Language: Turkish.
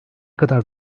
kadar